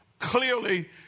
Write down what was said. clearly